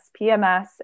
PMS